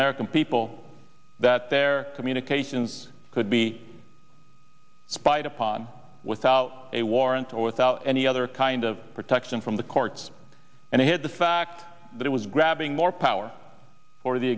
american people that their communications could be spied upon without a warrant or without any other kind of protection from the courts and hid the fact that it was grabbing more power for the